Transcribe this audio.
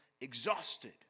exhausted